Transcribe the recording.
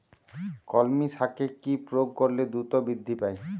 কলমি শাকে কি প্রয়োগ করলে দ্রুত বৃদ্ধি পায়?